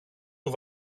του